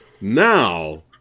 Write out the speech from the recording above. Now